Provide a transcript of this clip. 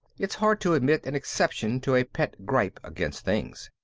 it's hard to admit an exception to a pet gripe against things.